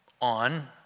on